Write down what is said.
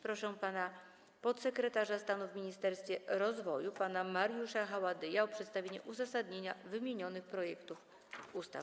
Proszę podsekretarza stanu w Ministerstwie Rozwoju pana Mariusza Haładyja o przedstawienie uzasadnienia wymienionych projektów ustaw.